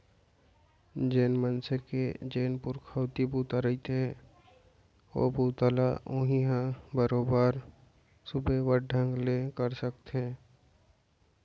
जेन मनसे के जेन पुरखउती बूता रहिथे ओ बूता ल उहीं ह बरोबर सुबेवत ढंग ले कर सकथे